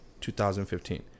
2015